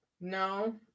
no